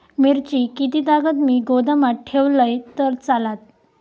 मिरची कीततागत मी गोदामात ठेवलंय तर चालात?